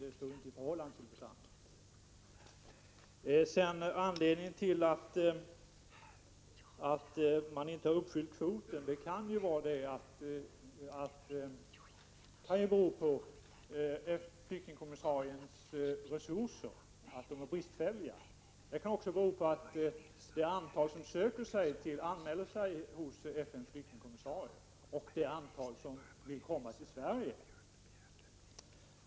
Dessa står inte i förhållande till varandra. Anledningen till att man inte uppfyllt kvoten kan vara att FN:s flyktingkommissaries resurser är bristfälliga. Det kan också bero på det antal som anmäler sig hos FN:s flyktingkommissarie och vilka som vill komma till Sverige.